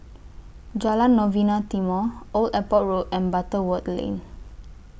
Jalan Novena Timor Old Airport Road and Butterworth Lane